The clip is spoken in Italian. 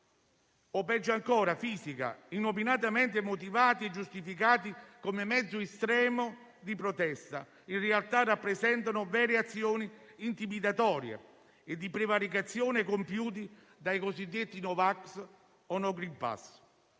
o peggio ancora fisica, inopinatamente motivati e giustificati come mezzo estremo di protesta; in realtà, rappresentano vere azioni intimidatorie e di prevaricazione compiute dai cosiddetti no vax o no *green pass*.